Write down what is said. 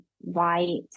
white